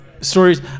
stories